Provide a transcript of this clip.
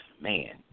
man